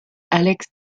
alex